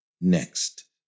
next